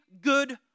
good